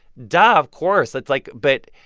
duh, of course. it's like but,